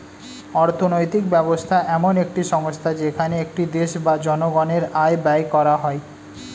অর্থনৈতিক ব্যবস্থা এমন একটি সংস্থা যেখানে একটি দেশ বা জনগণের আয় ব্যয় করা হয়